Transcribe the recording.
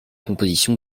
composition